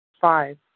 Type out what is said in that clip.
five